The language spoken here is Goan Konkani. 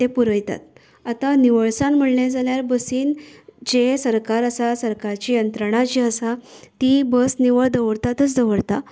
ते पुरयतात आता निवळसाण म्हणले जाल्यार बसींन जे सरकार आसा सरकारची यंत्रणा जी आसात ती बस निवळ दवरतांतच दवरता